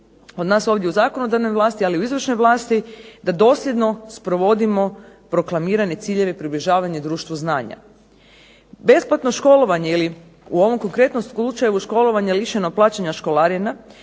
od nas ovdje u zakonodavnoj vlasti, ali i u izvršnoj vlasti da dosljedno sprovodimo proklamirane ciljeve približavanja društvu znanja. Besplatno školovanje ili u ovom konkretnom slučaju školovanje lišeno plaćanja školarina